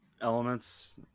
elements